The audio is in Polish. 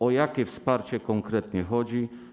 O jakie wsparcie konkretnie chodzi?